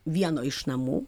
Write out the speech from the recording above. vieno iš namų